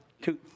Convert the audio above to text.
two